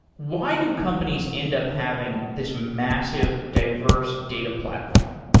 why do companies end up having this massive diverse data platform?